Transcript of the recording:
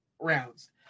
rounds